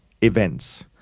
events